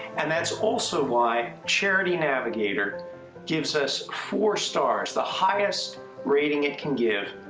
and that's also why charity navigateor gives us four stars, the highest rating it can give,